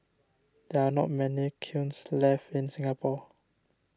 there are not many kilns left in Singapore